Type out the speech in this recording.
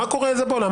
מה קורה עם זה בעולם.